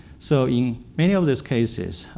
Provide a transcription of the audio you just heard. so in many of these cases,